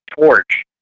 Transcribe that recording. torch